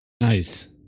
Nice